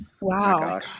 Wow